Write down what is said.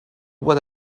what